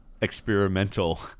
experimental